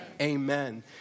Amen